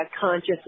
conscious